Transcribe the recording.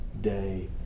day